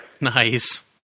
Nice